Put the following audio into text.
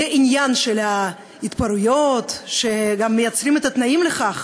לעניין של ההתפרעויות, וגם מייצרים את התנאים לכך.